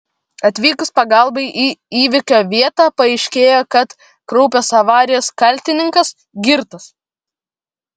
atvykus pagalbai į įvykio vietą paaiškėjo kad kraupios avarijos kaltininkas girtas